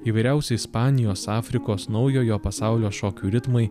įvairiausi ispanijos afrikos naujojo pasaulio šokių ritmai